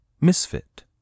Misfit